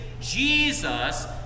Jesus